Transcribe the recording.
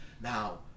Now